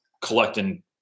collecting